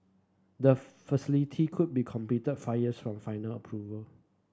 the facility could be completed five years from final approval